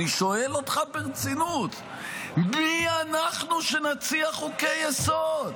אני שואל אותך ברצינות: מי אנחנו שנציע חוקי-יסוד?